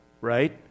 right